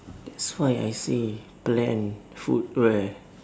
that's why I say plan food where